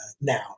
now